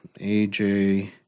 AJ